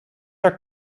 are